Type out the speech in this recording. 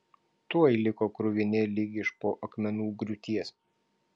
tuoj liko kruvini lyg iš po akmenų griūties